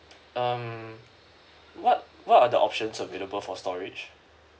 um what what are the options available for storage